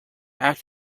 act